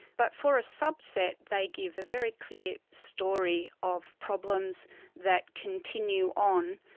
but for a subset they give a very clear story of problems that continue on,